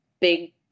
big